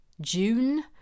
june